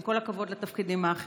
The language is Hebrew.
עם כל הכבוד לתפקידים האחרים.